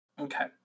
Okay